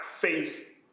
face